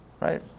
Right